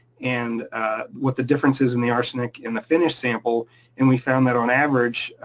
and what the difference is in the arsenic in the finished sample and we found that on average,